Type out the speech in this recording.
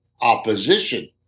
opposition